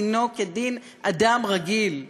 דינו כדין אדם רגיל.